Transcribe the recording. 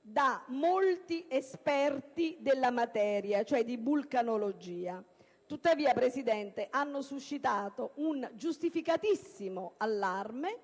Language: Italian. da molti esperti in materia di vulcanologia, ma che tuttavia, signora Presidente, hanno suscitato un giustificatissimo allarme,